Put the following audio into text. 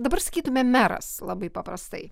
dabar sakytume meras labai paprastai